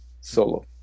solo